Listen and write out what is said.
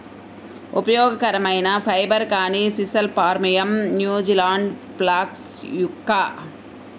ఉపయోగకరమైన ఫైబర్, కానీ sisal phormium, New Zealand flax yucca